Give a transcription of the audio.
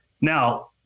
Now